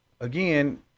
again